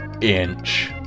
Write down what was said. inch